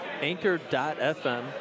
anchor.fm